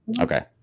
Okay